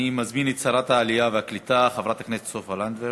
אני מזמין את שרת העלייה והקליטה חברת הכנסת סופה לנדבר.